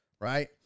right